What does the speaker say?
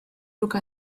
looked